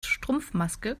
strumpfmaske